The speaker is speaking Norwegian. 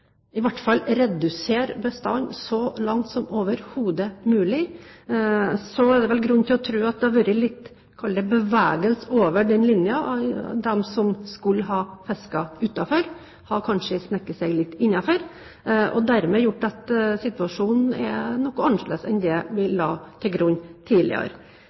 redusere bestanden så langt som overhodet mulig. Så er det vel grunn til å tro at det har vært litt «bevegelse» over den linjen, at de som skulle ha fisket utenfor, kanskje har sneket seg litt innenfor, og dermed gjort situasjonen noe annerledes enn det vi la til grunn tidligere.